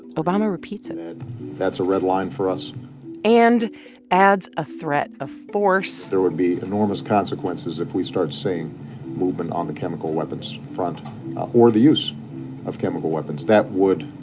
obama repeats it that's a red line for us and adds a threat of force there would be enormous consequences if we start seeing movement on the chemical weapons front or the use of chemical weapons. that would